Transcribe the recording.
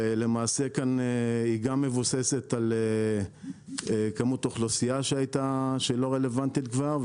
ולמעשה כאן היא גם מבוססת על כמות אוכלוסייה שהייתה שלא רלוונטית כבר,